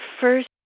first